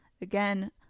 again